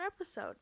episode